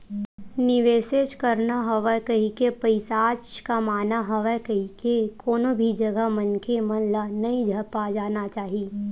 निवेसेच करना हवय कहिके, पइसाच कमाना हवय कहिके कोनो भी जघा मनखे मन ल नइ झपा जाना चाही